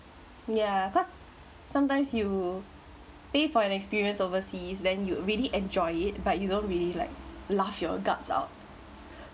ya cause sometimes you pay for an experience overseas then you'd really enjoy it but you don't really like laugh your guts out